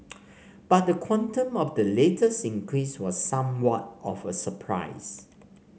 but the quantum of the latest increase was somewhat of a surprise